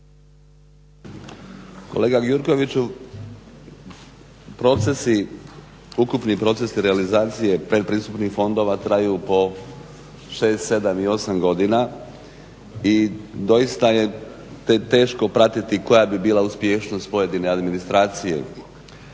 Kolega Gjurkoviću, ukupni procesi realizacije pretpristupnih fondova traju po 6, 7 i 8 godina i doista je teško pratiti koja bi bila uspješnost pojedine administracije.